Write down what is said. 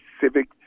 civic